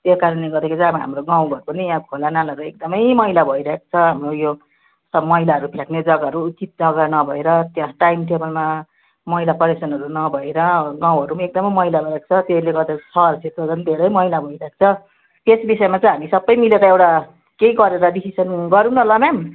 त्यो कारणले गर्दाखेरि चाहिँ अब हाम्रो गाउँ घर पनि अब खोला नालाहरू एकदमै मैला भइरहेको छ हाम्रो यो मैलाहरू फ्याँक्ने जग्गाहरू ठिक जग्गा नभएर त्यहाँ टाइम टेबलमा मैला कलेक्सनहरू नभएर गाउँहरू पनि एकदमै मैला भइरहेको छ त्यसले गर्दा शहर क्षेत्र त झन् धेरै मैला भइरहेको छ त्यस विषयमा चाहिँ हामी सबै मिलेर एउटा केही गरेर डिसिसन गरौँ न ल म्याम